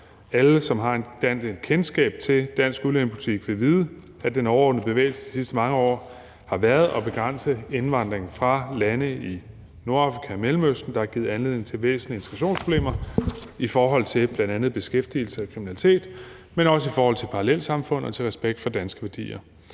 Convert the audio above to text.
Alle, der har kendskab til dansk udlændingepolitik, vil vide, at den overordnede bevægelse de sidste mange år har været at begrænse indvandring fra lande i Nordafrika og Mellemøsten, der har givet anledning til væsentlige integrationsproblemer i forhold til bl.a. beskæftigelse og kriminalitet, men også i forhold til parallelsamfund og respekt for danske værdier.